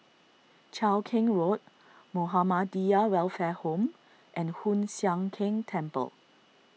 Cheow Keng Road Muhammadiyah Welfare Home and Hoon Sian Keng Temple